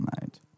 night